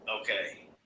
Okay